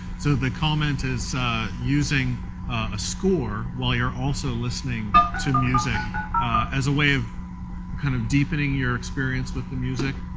so the comment is using a score while you're also listening to music as a way of kind of deepening your experience with the music,